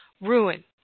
ruin